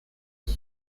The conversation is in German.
des